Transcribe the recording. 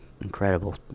incredible